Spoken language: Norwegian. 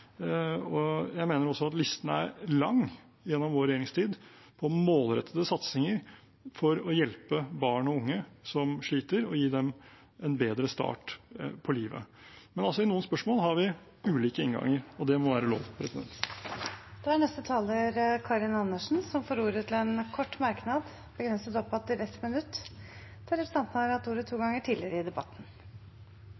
Jeg mener også at gjennom vår regjeringstid er listen lang over målrettede satsinger for å hjelpe barn og unge som sliter, gi dem en bedre start på livet, men i noen spørsmål har vi ulik inngang, og det må være lov. Representanten Karin Andersen har hatt ordet to ganger tidligere og får ordet til en kort merknad, begrenset til 1 minutt.